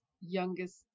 youngest